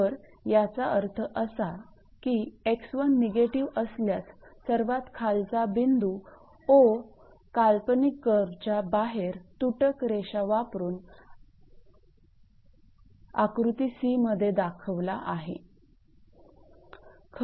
तर याचा अर्थ असा की 𝑥1 निगेटिव्ह असल्यास सर्वात खालचा बिंदू 𝑂 काल्पनिक कर्वच्या बाहेर तुटक रेषा वापर करून आकृती c मध्ये दाखवले आहे